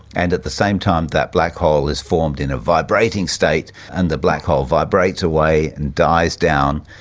and at the same time that black hole is formed in a vibrating state and the black hole vibrates away and dies down,